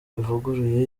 ivuguruye